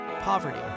poverty